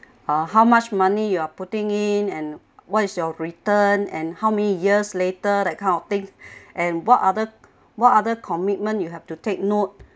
uh how much money you are putting in and what is your return and how many years later kind of thing and what other what other commitment you have to take note